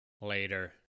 later